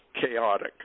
chaotic